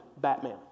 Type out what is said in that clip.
Batman